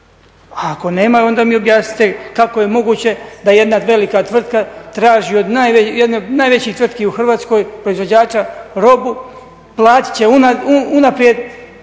ako nema, onda mi objasnite kako je moguće da jedna velika tvrtka traži od jedne od najvećih tvrtki u Hrvatskoj, proizvođača robu, platit će unaprijed,